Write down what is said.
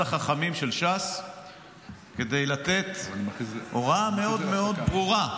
החכמים של ש"ס כדי לתת הוראה מאוד מאוד ברורה,